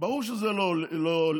ברור שזה לא יורד,